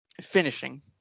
finishing